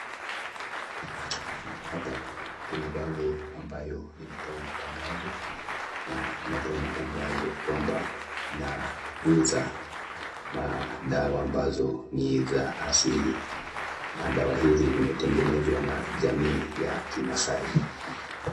Hapa kuna bango ambayo inatoa matangazo na inatoa matangazo kwamba inauza madawa ambazo ni za asili. Na dawa hizi zimetengenezwa na jamii ya kimasai.